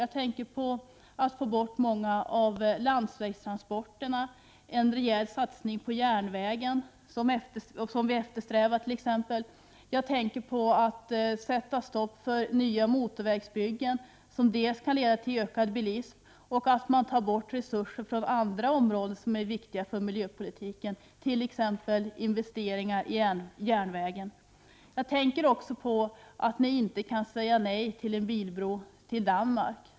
Jag tänker t.ex. på att vi måste få bort många av landsvägstransporterna. Det måste göras en rejäl satsning på järnvägen, som vi t.ex. har eftersträvat. Jag tänker på att man bör sätta stopp för nya motorvägsbyggen, som kan leda till ökad bilism och till att man tar bort resurser från andra områden som är viktiga för miljöpolitiken, t.ex. investeringar i järnvägen. Jag tänker på att ni inte kan säga nej till en bilbro till Danmark.